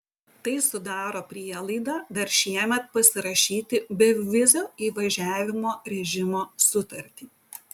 tai sudaro prielaidą dar šiemet pasirašyti bevizio įvažiavimo režimo sutartį